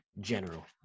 general